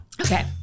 Okay